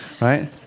right